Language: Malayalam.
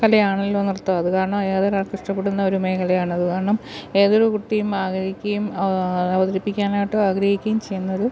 കലയാണല്ലോ നൃത്തം അതുകാരണം ഏതൊരാൾക്കും ഇഷ്ടപ്പെടുന്ന ഒരു മേഖലയാണ് അതുകാരണം ഏതൊരു കുട്ടിയും ആഗ്രഹിക്കുകയും അവതരിപ്പിക്കാനായിട്ട് ആഗ്രഹിക്കുകയും ചെയ്യുന്നൊരു